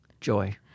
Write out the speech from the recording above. Joy